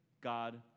God